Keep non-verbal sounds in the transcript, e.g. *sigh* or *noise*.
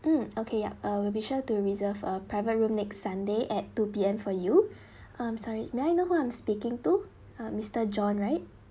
mm okay yup uh we'll be sure to reserve a private room next sunday at two P_M for you *breath* um sorry may I know who I'm speaking to uh mister john right